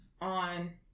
on